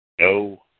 No